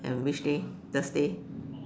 and which day Thursday